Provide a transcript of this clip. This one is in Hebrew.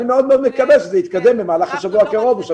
אני מאוד מאוד מקווה שזה יתקדם במהלך השבוע הקרוב.